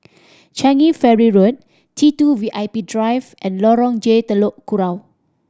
Changi Ferry Road T Two V I P Drive and Lorong J Telok Kurau